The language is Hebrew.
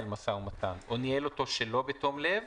משא ומתן או ניהל אותו שלא בתום לב,